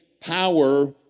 power